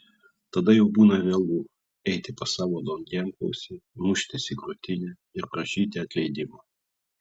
tada jau būna vėlu eiti pas savo nuodėmklausį muštis į krūtinę ir prašyti atleidimo